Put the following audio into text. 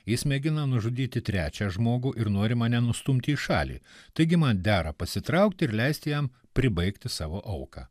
jis mėgina nužudyti trečią žmogų ir nori mane nustumti į šalį taigi man dera pasitraukti ir leisti jam pribaigti savo auką